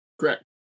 correct